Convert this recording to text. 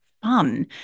fun